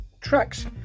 tracks